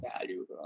value